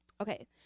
okay